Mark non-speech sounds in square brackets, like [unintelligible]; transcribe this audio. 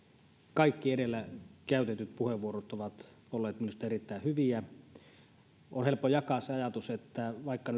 kaikki edellä käytetyt puheenvuorot ovat olleet minusta erittäin hyviä on helppo jakaa se ajatus että vaikka [unintelligible]